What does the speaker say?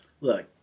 Look